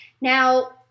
Now